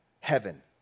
heaven